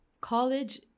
college